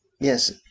yes